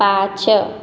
पाच